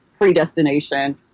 predestination